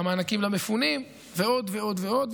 והמענקים למפונים ועוד ועוד ועוד.